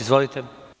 Izvolite.